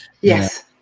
Yes